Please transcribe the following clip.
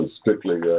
strictly